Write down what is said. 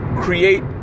create